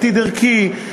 עתיד ערכי.